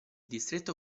distretto